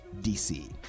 DC